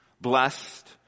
Blessed